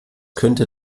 könnte